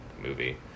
movie